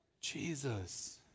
Jesus